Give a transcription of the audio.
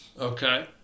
Okay